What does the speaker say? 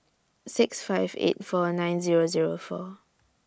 six five eight four nine Zero Zero four